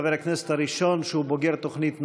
הוא חבר הכנסת הראשון שהוא בוגר תוכנית נעל"ה,